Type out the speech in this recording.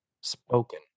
spoken